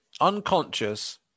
unconscious